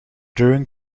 during